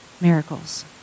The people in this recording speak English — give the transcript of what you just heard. miracles